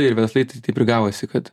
ir verslai tai taip ir gavosi kad